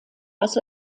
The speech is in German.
als